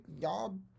y'all